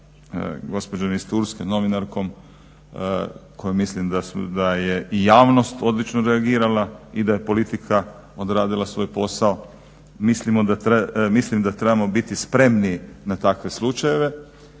gospođom iz Turske novinarkom koje mislim da je i javnost odlično reagirala i da je politika odradila svoj posao. Mislim da trebamo biti spremniji na takve slučajeve